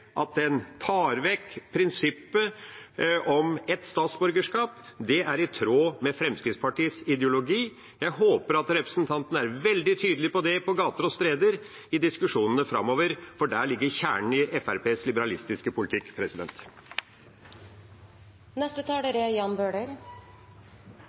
at en tar vekk prinsippet om ett statsborgerskap, er i tråd med Fremskrittspartiets ideologi. Jeg håper at representanten er veldig tydelig på det på gater og streder i diskusjonene framover, for der ligger kjernen i Fremskrittspartiets liberalistiske politikk.